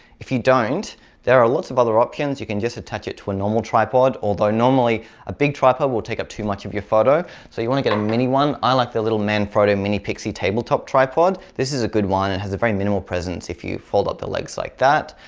if you don't there lots of other options. you can just attach it to a normal tripod or by normally a big tripod will take up too much of your photo so you want to get a mini one. i like the little manfrotto mini pixie tabletop tripod. this is a good one and has a very minimal presence if you fold up the legs like that.